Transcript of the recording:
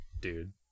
dude